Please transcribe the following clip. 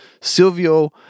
Silvio